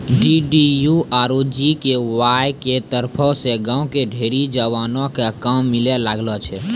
DDU आरु GKY के तरफो से गांव के ढेरी जवानो क काम मिलै लागलो छै